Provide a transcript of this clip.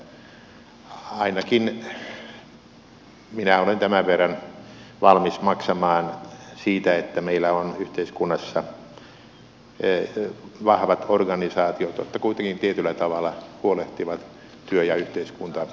ainakin minä olen tämän verran valmis maksamaan siitä että meillä on yhteiskunnassa vahvat organisaatiot jotka kuitenkin tietyllä tavalla huolehtivat työ ja yhteiskuntarauhasta